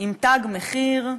עם תג מחיר,